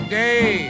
day